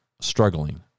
struggling